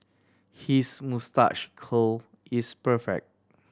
his moustache curl is perfect